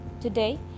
Today